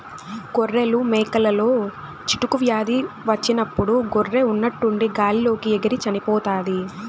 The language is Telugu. గొర్రెలు, మేకలలో చిటుకు వ్యాధి వచ్చినప్పుడు గొర్రె ఉన్నట్టుండి గాలి లోకి ఎగిరి చనిపోతాది